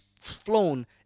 flown